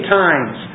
times